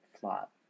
flop